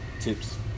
tips